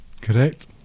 Correct